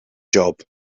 job